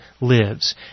lives